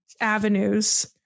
avenues